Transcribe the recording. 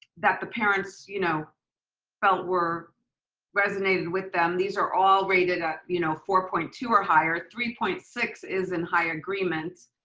that the parents you know felt were resonated with them. these are all rated at you know four point two or higher, three point six is in high agreements.